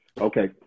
Okay